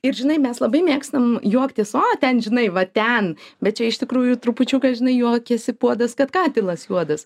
ir žinai mes labai mėgstam juoktis o ten žinai va ten bet čia iš tikrųjų trupučiuką žinai juokiasi puodas kad katilas juodas